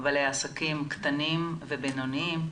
בעלי עסקים קטנים ובינוניים,